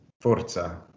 Forza